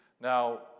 Now